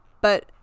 but-